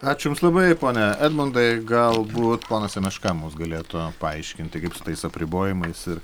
ačiū jums labai pone edmundai galbūt ponas semeška mums galėtų paaiškinti kaip su tais apribojimais ir